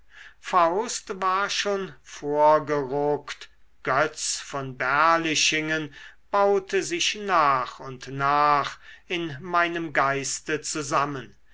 war schon vorgeruckt götz von berlichingen baute sich nach und nach in meinem geiste zusammen